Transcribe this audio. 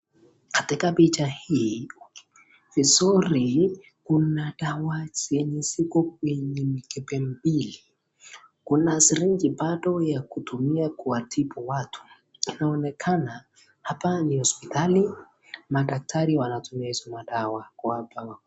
Katika picha hii vizuri kuna dawa zenye ziko kwenye mikebe mbili, kuna siringi bado ya kutumia kuwatibu watu, inaonekana hapa ni hospitali, madaktari wanatumia hizi madawa, kuwapa watu.